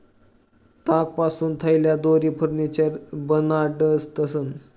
तागपासून थैल्या, दोरी, फर्निचर बनाडतंस